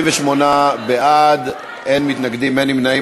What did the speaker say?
28 בעד, אין מתנגדים, אין נמנעים.